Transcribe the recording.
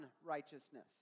unrighteousness